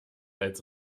als